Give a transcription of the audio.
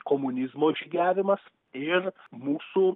komunizmo žygiavimas ir mūsų